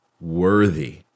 Worthy